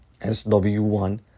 SW1